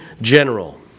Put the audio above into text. general